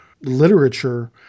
literature